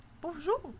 Bonjour